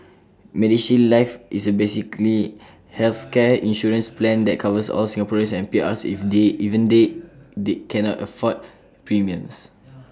medishield life is A basically healthcare insurance plan that covers all Singaporeans and PRs if they even they they cannot afford premiums